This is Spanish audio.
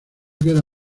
queda